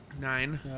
Nine